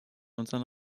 unseren